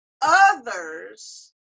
others